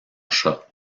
chat